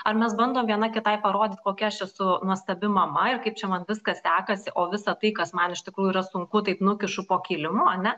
ar mes bandom viena kitai parodyt kokia aš esu nuostabi mama ir kaip čia man viskas sekasi o visa tai kas man iš tikrųjų yra sunku taip nukišu po kilimu ane